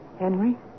Henry